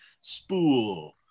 spool